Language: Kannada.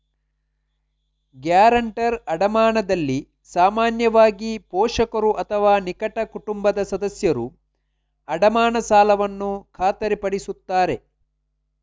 ಗ್ಯಾರಂಟರ್ ಅಡಮಾನದಲ್ಲಿ ಸಾಮಾನ್ಯವಾಗಿ, ಪೋಷಕರು ಅಥವಾ ನಿಕಟ ಕುಟುಂಬದ ಸದಸ್ಯರು ಅಡಮಾನ ಸಾಲವನ್ನು ಖಾತರಿಪಡಿಸುತ್ತಾರೆ